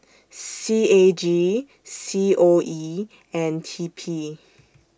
C A G C O E and T P